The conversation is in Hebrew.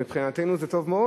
מבחינתנו זה טוב מאוד.